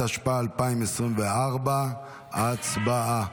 התשפ"ה 2024. הצבעה.